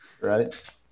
right